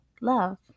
love